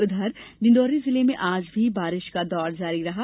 उधर डिडौंरी जिले में आज भी बारिश का दौर जारी रहा